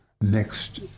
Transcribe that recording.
next